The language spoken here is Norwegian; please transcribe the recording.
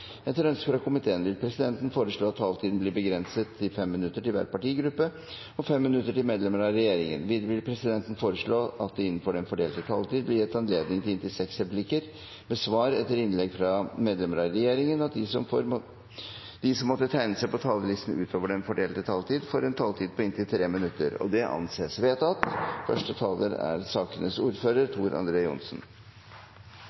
Etter ønske fra transport- og kommunikasjonskomiteen vil presidenten foreslå at taletiden blir begrenset til 5 minutter til hver partigruppe og 5 minutter til medlemmer av regjeringen. Videre vil presidenten foreslå at det – innenfor den fordelte taletid – blir gitt anledning til inntil seks replikker med svar etter innlegg fra medlemmer av regjeringen, og at de som måtte tegne seg på talerlisten utover den fordelte taletid, får en taletid på inntil tre minutter. – Det anses vedtatt.